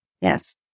Yes